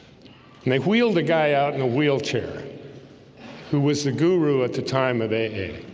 and they wheeled a guy out in a wheelchair who was the guru at the time of a